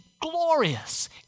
glorious